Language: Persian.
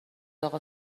اقا